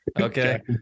Okay